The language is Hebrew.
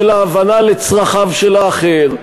של ההבנה לצרכיו של האחר,